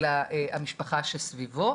אלא המשפחה שסביבו.